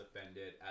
offended